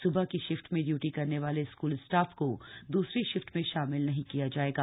सुबह की शिफ्ट में इयूटी करने वाले स्कूल स्टाफ को दूसरी शिफ्ट में शामिल नहीं किया जाएगा